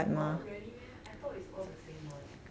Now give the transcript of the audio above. oh really meh I thought is all the same one